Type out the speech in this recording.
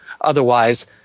Otherwise